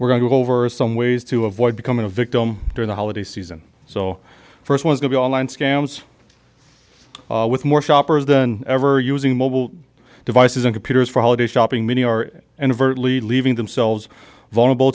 we're going to go over some ways to avoid becoming a victim during the holiday season so first ones to be online scams with more shoppers than ever using mobile devices and computers for holiday shopping many are and avert leaving themselves vulnerable